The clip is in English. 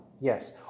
Yes